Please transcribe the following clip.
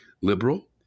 Liberal